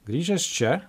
grįžęs čia